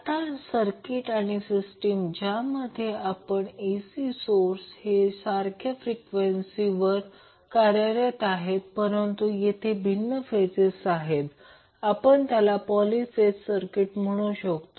आता सर्किट किंवा सिस्टीम ज्यामध्ये AC सोर्स हे सारख्या फ्रिक्वेन्सीवर कार्यरत आहे परंतु तेथे भिन्न फेजेस आहेत आपण त्याला पॉली फेज सर्किट म्हणू शकतो